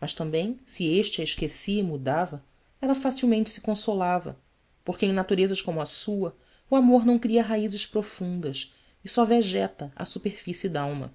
mas também se este a esquecia e mudava ela facilmente se consolava porque em naturezas como a sua o amor não cria raízes profundas e só vegeta à superfície d'alma